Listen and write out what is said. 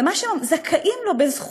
למה שהם זכאים לו בזכות.